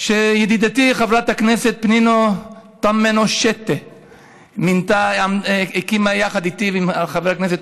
ידידתי חברת הכנסת פנינה תמנו-שטה הקימה יחד איתי ועם חבר הכנסת